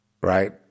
Right